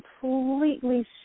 completely